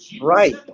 Right